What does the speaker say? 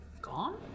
gone